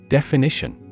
Definition